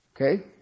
Okay